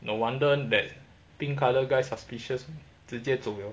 no wonder that pink colour guy suspicious 直接走 liao